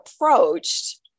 approached